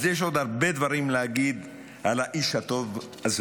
אז יש עוד הרבה דברים להגיד על האיש הטוב הזה.